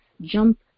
jump